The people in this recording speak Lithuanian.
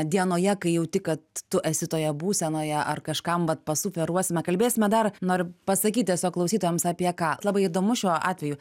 dienoje kai jauti kad tu esi toje būsenoje ar kažkam vat pasufleruosime kalbėsime dar noriu pasakyt tiesiog klausytojams apie ką labai įdomu šiuo atveju